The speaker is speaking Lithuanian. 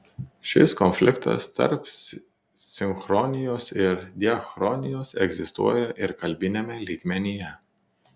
šis konfliktas tarp sinchronijos ir diachronijos egzistuoja ir kalbiniame lygmenyje